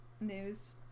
news